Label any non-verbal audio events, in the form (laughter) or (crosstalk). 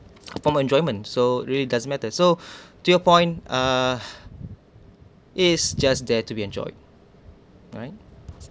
form of enjoyment so really doesn't matter so (breath) to your point uh is just there to be enjoyed right